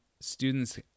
students